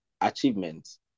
achievements